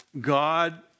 God